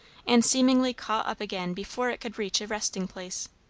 and seemingly caught up again before it could reach a resting-place.